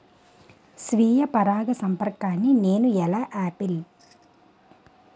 స్వీయ పరాగసంపర్కాన్ని నేను ఎలా ఆపిల్?